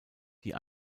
die